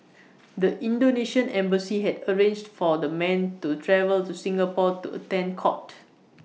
the Indonesian embassy had arranged for the men to travel to Singapore to attend court